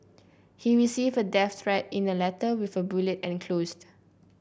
he received a death threat in a letter with a bullet enclosed